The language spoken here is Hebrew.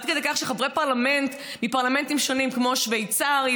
עד כדי כך שחברי פרלמנט מפרלמנטים שונים כמו השוויצרי,